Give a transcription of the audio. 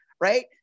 right